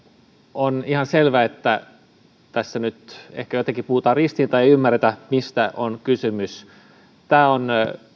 on ihan selvä että tässä nyt ehkä jotenkin puhutaan ristiin tai ei ymmärretä mistä on kysymys tämä on